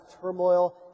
turmoil